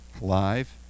live